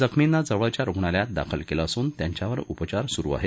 जखमींना जवळच्या रुग्णालयात दाखल केलं असून त्यांच्यावर उपचार स्रू आहेत